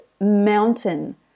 mountain